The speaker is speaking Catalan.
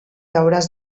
hauràs